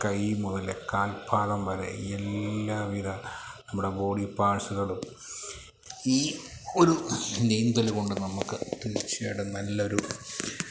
കൈ മുതല് കാൽപാദം വരെ എല്ലാ വിധ നമ്മുടെ ബോഡി പാർട്സുകളും ഈ ഒരു നീന്തൽ കൊണ്ടു നമുക്ക് തീർച്ചയായിട്ടും നല്ലൊരു